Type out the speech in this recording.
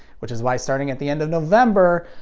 which is why starting at the end of november,